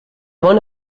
bon